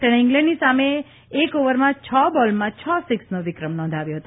તેણે ઇંગ્લેન્ડની સામે એક ઓવરના છ બોલમાં છ સિકસનો વિક્રમ નોંધાવ્યો હતો